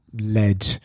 led